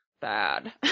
bad